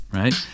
right